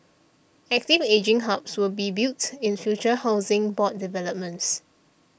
active ageing hubs will be built in future Housing Board developments